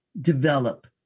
develop